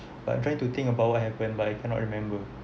but I'm trying to think about what happened but I cannot remember